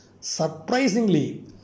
Surprisingly